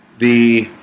the